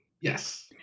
Yes